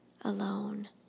alone